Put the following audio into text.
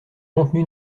contenu